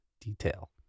detail